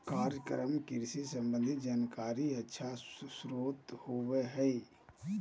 कार्यक्रम कृषि संबंधी जानकारी के अच्छा स्रोत होबय हइ